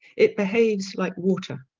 it behaves like water